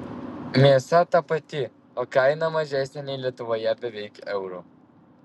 mėsa ta pati o kaina mažesnė nei lietuvoje beveik euru